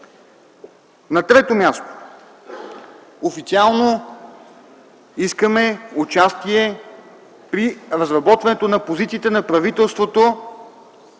На трето място – официално искаме участие при разработването на позициите на правителството